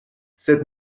sed